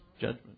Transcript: judgment